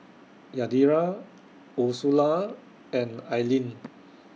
Yadira Ursula and Ailene